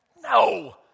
no